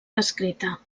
descrita